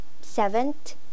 Seventh